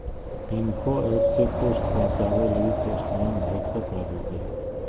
info app से post पहुचावे लगी पोस्टमैन घर तक आवो हय